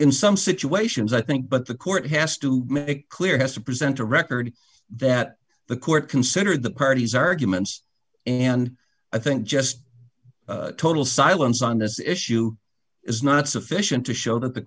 in some situations i think but the court has to be clear has to present a record that the court considered the parties arguments and i think just total silence on this issue is not sufficient to show that the